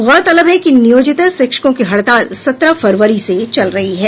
गौरतलब है कि नियोजित शिक्षकों की हड़ताल सत्रह फरवरी से चल रही है